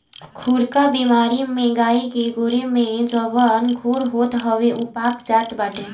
खुरपका बेमारी में गाई के गोड़े में जवन खुर होत हवे उ पाक जात बाटे